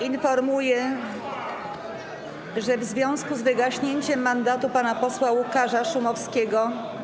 Informuję, że w związku z wygaśnięciem mandatu pana posła Łukasza Szumowskiego.